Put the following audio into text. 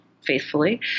faithfully